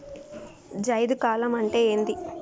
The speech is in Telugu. జైద్ కాలం అంటే ఏంది?